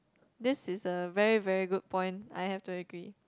this is a very very good point I have to agree